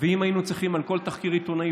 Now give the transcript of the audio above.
ואם היינו צריכים על כל תחקיר עיתונאי